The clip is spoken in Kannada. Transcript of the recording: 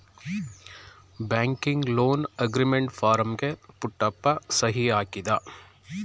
ಬ್ಯಾಂಕಿಂಗ್ ಲೋನ್ ಅಗ್ರಿಮೆಂಟ್ ಫಾರಂಗೆ ಪುಟ್ಟಪ್ಪ ಸಹಿ ಹಾಕಿದ